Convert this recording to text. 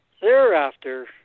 thereafter